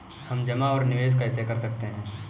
हम जमा और निवेश कैसे कर सकते हैं?